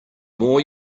more